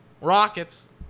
Rockets